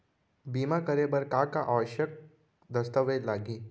बीमा करे बर का का आवश्यक दस्तावेज लागही